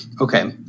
okay